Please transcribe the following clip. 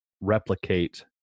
replicate